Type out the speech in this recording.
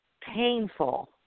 painful